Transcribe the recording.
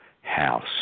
house